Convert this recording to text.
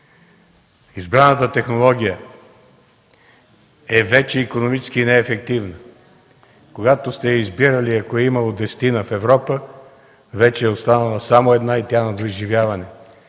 Избраната технология е вече икономически неефективна. Когато сте я избирали, ако е имало десетина в Европа, вече е останала само една и тя е на доизживяване.